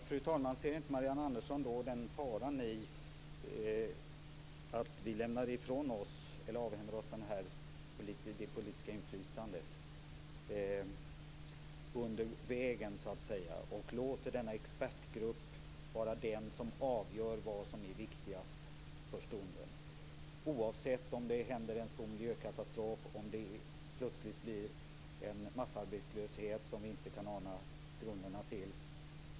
Fru talman! Ser inte Marianne Andersson faran i att vi avhänder oss det politiska inflytandet under vägen och låter denna expertgrupp vara den som avgör vad som är viktigast för stunden, oavsett om det händer en stor miljökatastrof eller det plötsligt blir en massarbetslöshet som vi inte kan ana grunderna till?